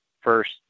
first